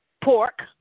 pork